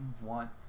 want